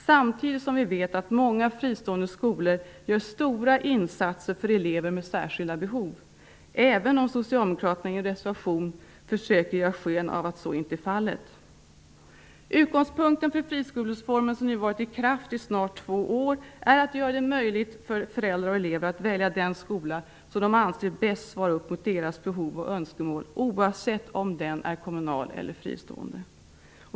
Samtidigt vet vi att många fristående skolor gör stora insatser för elever med särskilda behov, även om Socialdemokraterna i en reservation försöker ge sken av att så inte är fallet. Utgångspunkten för friskolereformen, som nu har varit i kraft i snart två år, är att det skall vara möjligt för föräldrar och elever att välja den skola som de anser bäst svarar mot deras behov och önskemål, oavsett om den är kommunal eller fristående.